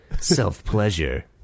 self-pleasure